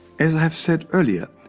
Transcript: as i have said earlier,